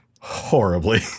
horribly